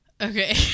Okay